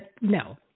No